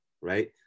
right